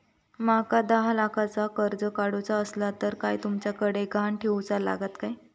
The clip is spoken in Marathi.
माका दहा लाखाचा कर्ज काढूचा असला तर काय तुमच्याकडे ग्हाण ठेवूचा लागात काय?